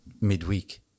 midweek